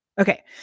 Okay